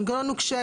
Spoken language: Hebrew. מנגנון נוקשה,